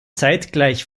zeitgleich